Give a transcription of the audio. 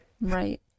right